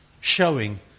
showing